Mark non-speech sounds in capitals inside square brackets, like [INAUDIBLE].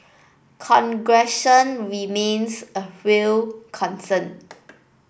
[UNINTELLIGIBLE] remains a real concern